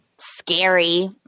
scary